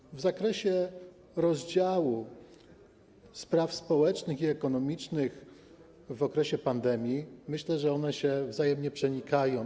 Jeśli chodzi o rozdział spraw społecznych i ekonomicznych w okresie pandemii, to myślę, że one się wzajemnie przenikają.